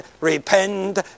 repent